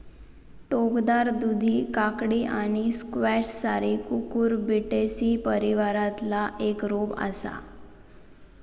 टोकदार दुधी काकडी आणि स्क्वॅश सारी कुकुरबिटेसी परिवारातला एक रोप असा